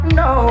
no